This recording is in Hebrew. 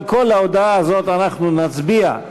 על כל ההודעה הזאת אנחנו נצביע.